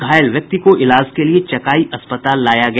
घायल व्यक्ति को इलाज के लिए चकाई अस्पताल लाया गया